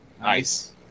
Nice